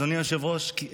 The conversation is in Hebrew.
אדוני היושב-ראש,